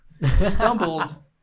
stumbled